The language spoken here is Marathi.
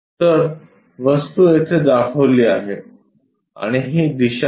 तर वस्तू येथे दाखवली आहे आणि ही दिशा आहे